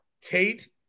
Tate